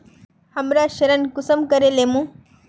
हमरा ऋण कुंसम करे लेमु?